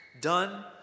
done